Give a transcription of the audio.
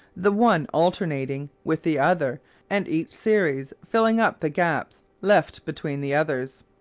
the one alternating with the other and each series filling up the gaps left between the others.